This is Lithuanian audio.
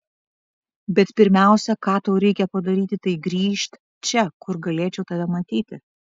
bet pirmiausia ką tau reikia padaryti tai grįžt čia kur galėčiau tave matyti